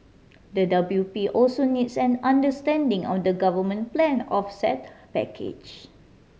the W P also needs an understanding of the government planned offset package